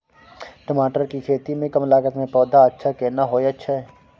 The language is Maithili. टमाटर के खेती में कम लागत में पौधा अच्छा केना होयत छै?